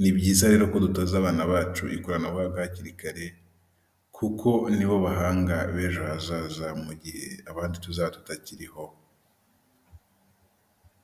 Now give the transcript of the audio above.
ni byiza rero ko dutoza abana bacu ikoranabuhanga hakiri kare kuko nibo bahanga bejo hazaza mu gihe abandi tuzaba tutakiriho.